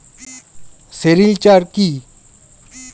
Sericulture কি?